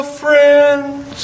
friends